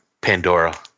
Pandora